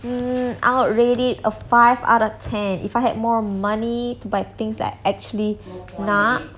mm I'd rate it a five out of ten if I had more money to buy things that I actually nak